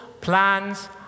plans